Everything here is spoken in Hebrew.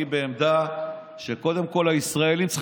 אני בעמדה שקודם כול הישראלים צריכים